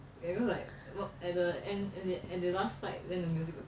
everyone was like at the end at the last slide then the music will play